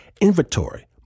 inventory